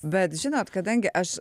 bet žinot kadangi aš